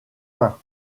pin